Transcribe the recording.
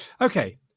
Okay